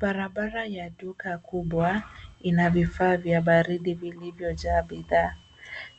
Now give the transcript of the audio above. Barabara ya duka kubwa ina vifaa vya baradi vilivyojaa bidhaa.